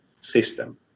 system